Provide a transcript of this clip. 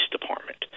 department